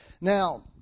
Now